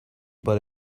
but